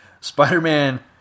Spider-Man